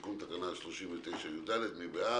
תיקון תקנה 39יד. מי בעד?